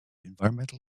environmental